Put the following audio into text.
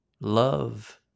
love